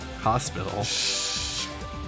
hospital